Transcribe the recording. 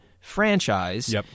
franchise